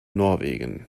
norwegen